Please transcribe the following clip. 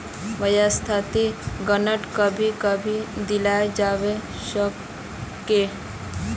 वाय्सायेत ग्रांट कभी कभी दियाल जवा सकोह